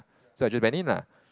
so I actually went in lah